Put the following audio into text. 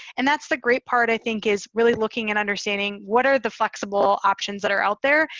and that's the great part i think is really looking at understanding what are the flexible options that are out there.